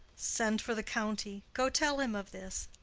send for the county. go tell him of this.